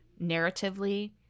narratively